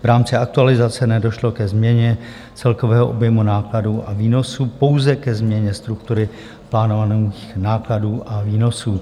V rámci aktualizace nedošlo ke změně celkového objemu nákladů a výnosů, pouze ke změně struktury plánovaných nákladů a výnosů.